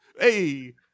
hey